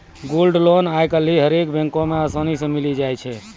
gold loan आइ काल्हि हरेक बैको मे असानी से मिलि जाय छै